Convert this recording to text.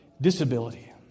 disability